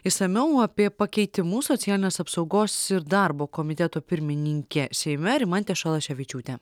išsamiau apie pakeitimus socialinės apsaugos ir darbo komiteto pirmininkė seime rimantė šalaševičiūtė